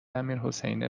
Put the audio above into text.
امیرحسین